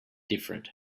different